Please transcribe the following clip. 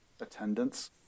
attendance